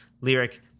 lyric